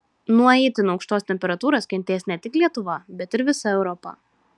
nuo itin aukštos temperatūros kentės ne tik lietuva bet ir visa europa